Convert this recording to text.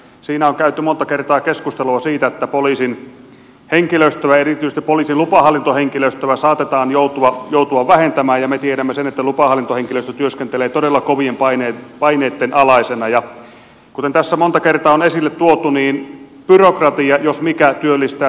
siinä on käyty monta kertaa keskustelua siitä että poliisin henkilöstöä erityisesti poliisin lupahallintohenkilöstöä saatetaan joutua vähentämään ja me tiedämme sen että lupahallintohenkilöstö työskentelee todella kovien paineitten alaisena ja kuten tässä monta kertaa on esille tuotu niin byrokratia jos mikä työllistää tätä lupahallintohenkilöstöä